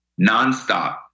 nonstop